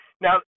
Now